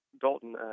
Dalton